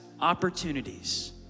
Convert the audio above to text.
opportunities